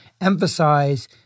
emphasize